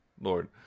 Lord